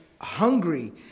hungry